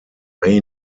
may